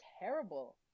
terrible